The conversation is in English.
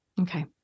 Okay